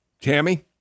Tammy